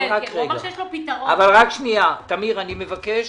אבל רק רגע, טמיר, אני מבקש